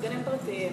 בגנים פרטיים.